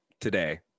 today